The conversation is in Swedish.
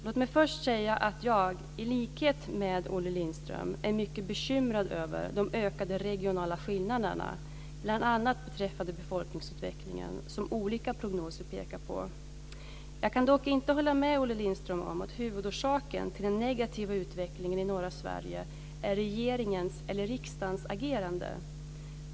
Låt mig först säga att jag, i likhet med Olle Lindström, är mycket bekymrad över de ökade regionala skillnaderna, bl.a. beträffande befolkningsutvecklingen, som olika prognoser pekar mot. Jag kan dock inte hålla med Olle Lindström om att huvudorsaken till den negativa utvecklingen i norra Sverige är regeringens och riksdagens agerande.